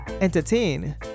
entertain